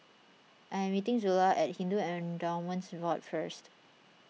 I am meeting Zula at Hindu Endowments Board first